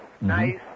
nice